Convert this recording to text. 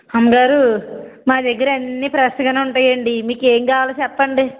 అమ్మగారు మా దగ్గర అన్ని ఫ్రెష్గానే ఉంటాయండి మీకు ఏం కావాలో చెప్పండి